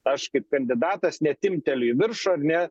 aš kaip kandidatas ne timpteliu į viršų ar ne